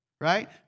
right